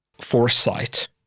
foresight